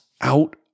out